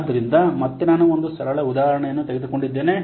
ಆದ್ದರಿಂದ ಮತ್ತೆ ನಾನು ಒಂದು ಸರಳ ಉದಾಹರಣೆಯನ್ನು ತೆಗೆದುಕೊಂಡಿದ್ದೇನೆ